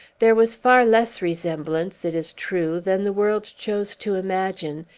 there was far less resemblance, it is true, than the world chose to imagine,